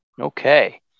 okay